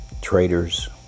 traitors